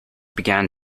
began